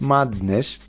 Madness